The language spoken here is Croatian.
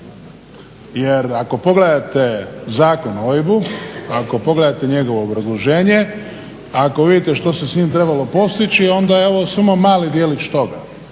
Jer ako pogledate Zakon o OIB-u, ako pogledate njegovo obrazloženje, ako vidite što se s njim trebalo postići onda je ovo samo mali djelić toga.